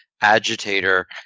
agitator